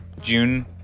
June